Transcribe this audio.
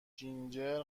جینجر